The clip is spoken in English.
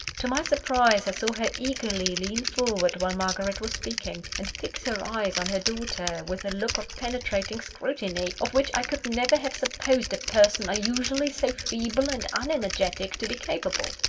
to my surprise, i saw her eagerly lean forward while margaret was speaking, and fix her eyes on her daughter with a look of penetrating scrutiny, of which i could never have supposed a person usually so feeble and unenergetic to be capable.